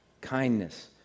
kindness